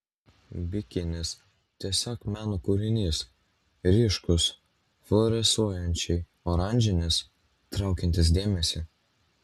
bikinis tiesiog meno kūrinys ryškus fluorescuojančiai oranžinis traukiantis dėmesį